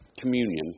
communion